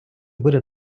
буде